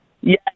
Yes